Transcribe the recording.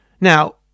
Now